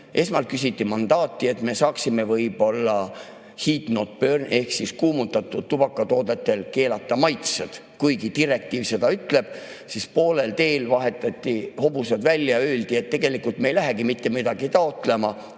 Esmalt küsiti mandaati, et me saaksimeheat not burn-ehk kuumutatavatel tubakatoodetel keelata maitsed. Kuigi direktiiv seda ütleb, vahetati poolel teel hobused välja, öeldi, et tegelikult me ei lähegi mitte midagi taotlema,